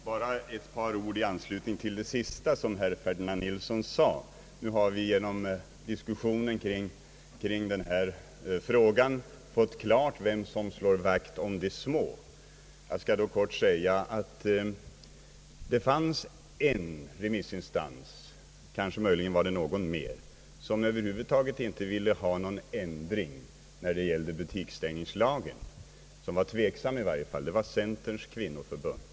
Herr talman! Bara ett par ord i anslutning till det sista som herr Ferdinand Nilsson sade om att vi genom diskussionen kring denna fråga fått klart vem som slår vakt om de små. Jag skall då kort säga att det fanns en remissinstans — möjligen var det någon mer — som inte ville ha någon ändring när det gäller butikstäng ningslagen eller som i varje fall var tveksam. Det var centerns kvinnoförbund.